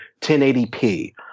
1080p